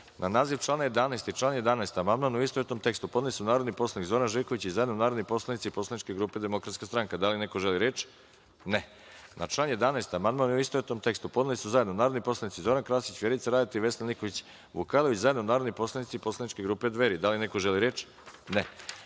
6, naziv člana 29. i član 29. amandman, u istovetnom tekstu, podneli su narodni poslanici Zoran Živković i zajedno narodni poslanici poslaničke grupe DS.Da li neko želi reč? (Ne)Na član 29. amandman, u istovetnom tekstu, podneli su zajedno narodni poslanici Zoran Krasić, Vjerica Radeta i Vesna Nikolić Vukajlović i zajedno narodni poslanici poslaničke grupe Dveri. Da li neko želi reč?